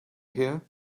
here